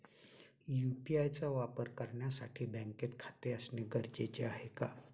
UPI चा वापर करण्यासाठी बँकेत खाते असणे गरजेचे आहे का?